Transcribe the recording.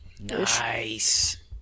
nice